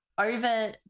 over